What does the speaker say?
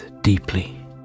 deeply